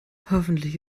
hoffentlich